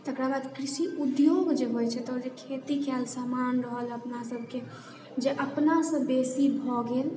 तकरा बाद कृषि उद्योग जे होइ छै ओ जे खेती कएल समान रहल अपना सबके जे अपनासँ बेसी भऽ गेल